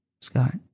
Scott